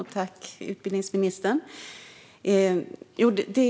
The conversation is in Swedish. Fru talman! Jag tackar utbildningsministern för detta.